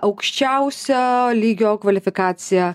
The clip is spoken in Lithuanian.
aukščiausio lygio kvalifikacija